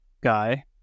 guy